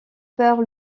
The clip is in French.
père